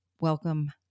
Welcome